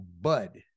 bud